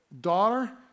daughter